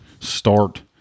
Start